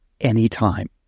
anytime